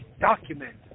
document